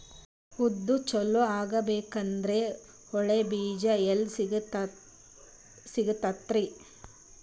ಉದ್ದು ಚಲೋ ಆಗಬೇಕಂದ್ರೆ ಒಳ್ಳೆ ಬೀಜ ಎಲ್ ಸಿಗತದರೀ?